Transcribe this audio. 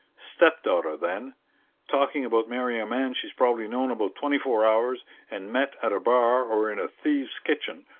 stepdaughter then talking about marrying a man she's probably known about twenty-four hours and met at a bar or in a thieves' kitchen,